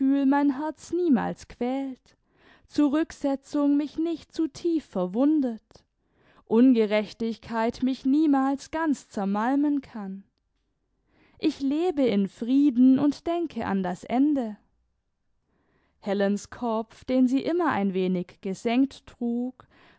mein herz niemals quält zurücksetzung mich nicht zu tief verwundet ungerechtigkeit mich niemals ganz zermalmen kann ich lebe in frieden und denke an das ende helens kopf den sie immer ein wenig gesenkt